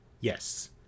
Yes